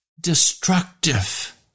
destructive